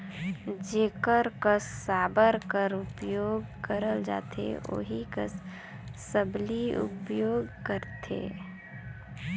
जेकर कस साबर कर उपियोग करल जाथे ओही कस सबली उपियोग करथे